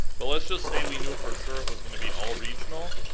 but let's just say we knew for sure it was gonna be all regional.